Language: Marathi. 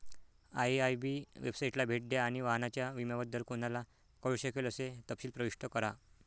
आय.आय.बी वेबसाइटला भेट द्या आणि वाहनाच्या विम्याबद्दल कोणाला कळू शकेल असे तपशील प्रविष्ट करा